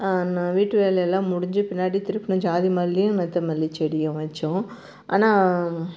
நான் வீட்டு வேலை எல்லாம் முடிஞ்ச பின்னாடி திருப்பியும் ஜாதி மல்லியும் நித்தமல்லி செடியும் வைச்சோம் ஆனால்